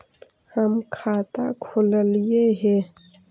हम खाता खोलैलिये हे?